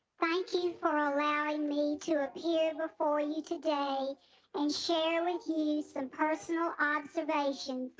thank you for allowing me to appear before you today and share with you some personal observations.